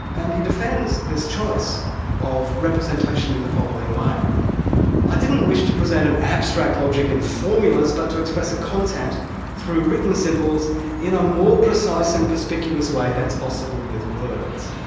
and he defends this choice of representation in the following way i didn't wish to present an abstract logic in formulas but to express a content through written symbols in a more precise and perspicuous way than is possible with words.